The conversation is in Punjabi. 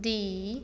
ਦੀ